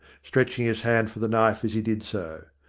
stretching his hand for the knife as he did so.